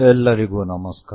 ಎಲ್ಲರಿಗೂ ನಮಸ್ಕಾರ